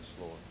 Lord